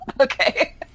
Okay